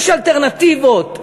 יש אלטרנטיבות,